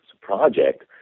project